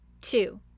Two